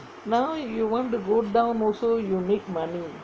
now you want to go down also you need money